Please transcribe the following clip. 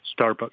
Starbucks